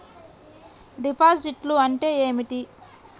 డిపాజిట్లు అంటే ఏమిటి?